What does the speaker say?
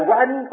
one